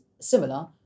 similar